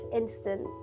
instant